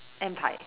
and pie